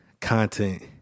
content